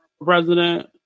president